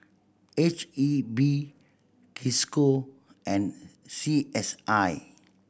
H E B Cisco and C S I